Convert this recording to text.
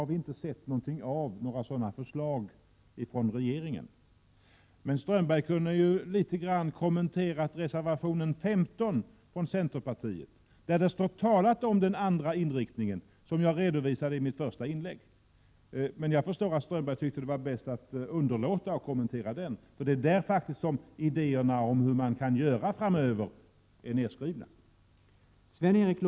Några sådana förslag från regeringen har vi inte sett. Men Håkan Strömberg hade kunnat kommentera reservation 15 från centerpartiet, där det talas om den andra inriktningen, vilken jag redovisade i mitt första inlägg. Men jag förstår att Håkan Strömberg tyckte att det var bäst att underlåta att kommentera denna reservation, eftersom det är där som idéerna om hur man kan göra framöver framförs.